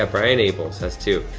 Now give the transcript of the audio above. ah brian abels has two.